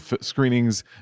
screenings